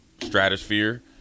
stratosphere